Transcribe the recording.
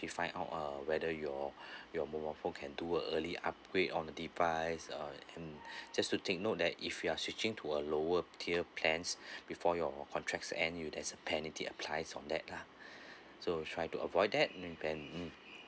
~ly find out uh whether your your mobile phone can do a early upgrade on device or and just to take note that if you're switching to a lower tier plans before your contracts end you'd there's a penalty applies on that lah so try to avoid that if you can mm